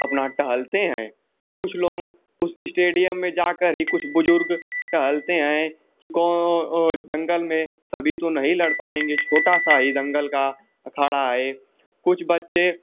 अपना टहलते हैं कुछ लोंग उस इस्टेडियम में जाकर ही कुछ बुजुर्ग टहलते हैं कि दंगल में सभी तो नहीं लड़ पाएंगे छोटा सा ही दंगल का अखाड़ा है कुछ बच्चे